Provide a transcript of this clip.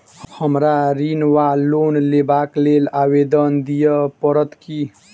हमरा ऋण वा लोन लेबाक लेल आवेदन दिय पड़त की?